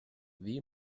wie